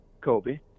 Kobe